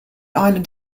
island